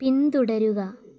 പിന്തുടരുക